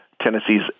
Tennessee's